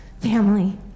family